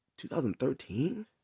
2013